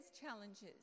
challenges